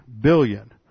billion